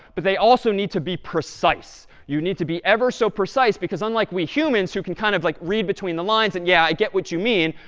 but they also need to be precise. you need to be ever so precise, because unlike we humans who can kind of like read between the lines and, yeah, i get what you mean,